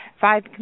five